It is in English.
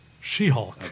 She-Hulk